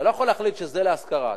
אתה לא יכול להחליט שזה להשכרה.